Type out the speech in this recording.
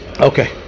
Okay